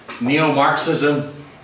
Neo-Marxism